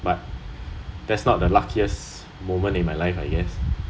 but that's not the luckiest moment in my life I guess